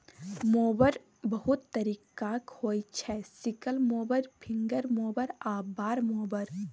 mower बहुत तरीकाक होइ छै सिकल मोबर, फिंगर मोबर आ बार मोबर